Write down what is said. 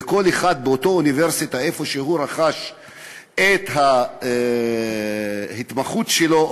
וכל אחד באוניברסיטה שבה הוא רכש את ההתמחות שלו,